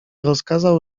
rozkazał